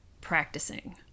practicing